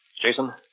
Jason